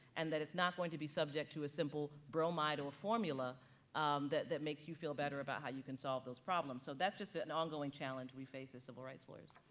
and that it's not going to be subject to a simple bromide or formula um that that makes you feel better about how you can solve those problems, so that's just an ongoing challenge we face as civil rights lawyers.